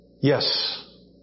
yes